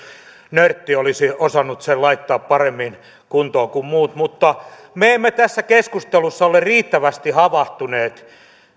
nörtti olisi osannut sen laittaa paremmin kuntoon kuin muut mutta me emme tässä keskustelussa ole riittävästi havahtuneet